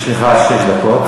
יש לך עד שש דקות.